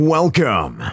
Welcome